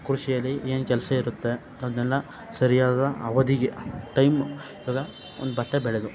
ಕೃಷಿಯಲ್ಲಿ ಏನು ಕೆಲಸ ಇರುತ್ತೆ ಅಂತದನ್ನೆಲ್ಲ ಸರಿಯಾದ ಅವಧಿಗೆ ಟೈಮ್ ಇವಾಗ ಒಂದು ಭತ್ತ ಬೆಳೆದು